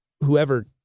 Whoever